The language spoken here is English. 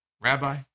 Rabbi